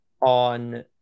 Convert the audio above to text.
on